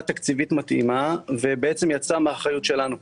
תקציבית מתאימה ובעצם יצא מאחריות שלנו.